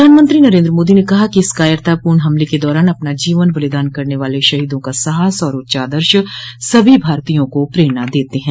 प्रधानमंत्री नरेन्द्र मोदी ने कहा कि इस कायरतापूर्ण हमले के दौरान अपना जीवन बलिदान करने वाले शहीदों का साहस और उच्च आदर्श सभी भारतीयों को प्रेरणा देते हैं